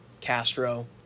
Castro